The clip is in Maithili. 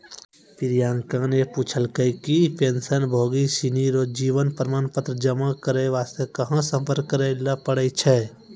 प्रियंका ने पूछलकै कि पेंशनभोगी सिनी रो जीवन प्रमाण पत्र जमा करय वास्ते कहां सम्पर्क करय लै पड़ै छै